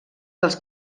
dels